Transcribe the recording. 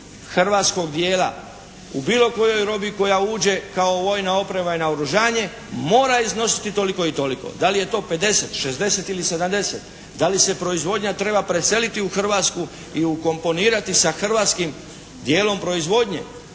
hrvatskog dijela u bilo kojoj robi koja uđe kao vojna oprema i naoružanje mora iznositi toliko i toliko. Da li je to 50, 60 ili 70, da li se proizvodnja treba preseliti u Hrvatsku i ukomponirati sa hrvatskim dijelom proizvodnje,